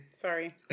Sorry